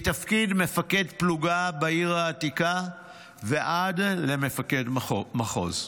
מתפקיד מפקד פלוגה בעיר העתיקה ועד למפקד מחוז.